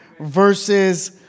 versus